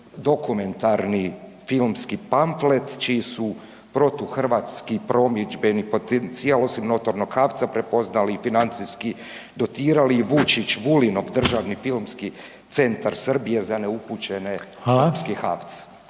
protudokumentarni filmski pamflet čiji su protuhrvatski promidžbeni potencijal osim …/nerazumljivo/… prepoznali i financijski dotirali i Vučić, Vulinov državni filmski centar Srbije za neupućene srpski